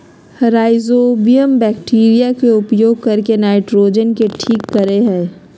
rhizobium bacteria के उपयोग करके नाइट्रोजन के ठीक करेय हइ